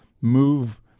move